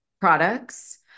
products